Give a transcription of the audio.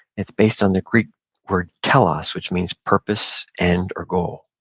it's based on the greek word telos, which means purpose and or goal.